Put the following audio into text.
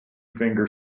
finger